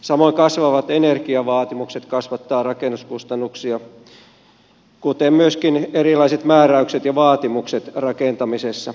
samoin kasvavat energiavaatimukset kasvattavat rakennuskustannuksia kuten myöskin erilaiset määräykset ja vaatimukset rakentamisessa